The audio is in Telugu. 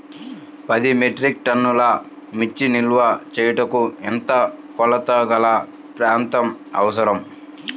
పది మెట్రిక్ టన్నుల మిర్చి నిల్వ చేయుటకు ఎంత కోలతగల ప్రాంతం అవసరం?